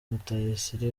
rutayisire